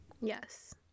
yes